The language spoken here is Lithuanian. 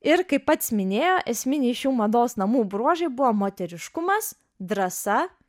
ir kaip pats minėjo esminiai šių mados namų bruožai buvo moteriškumas drąsa